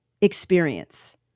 experience